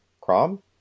Chrome